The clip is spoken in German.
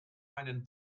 einen